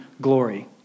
glory